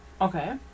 Okay